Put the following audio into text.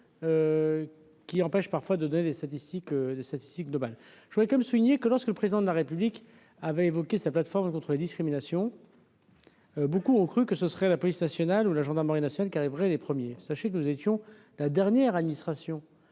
qui empêche parfois de donner les statistiques, de statistiques de globales, je voudrais quand même souligner que lorsque le président de la République avait évoqué sa plateforme contre les discriminations. Beaucoup ont cru que ce serait la police nationale ou la gendarmerie nationale qui arriveraient les premiers, sachez que nous étions la dernière administration